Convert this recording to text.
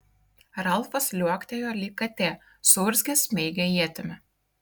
ralfas liuoktelėjo lyg katė suurzgęs smeigė ietimi